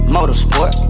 Motorsport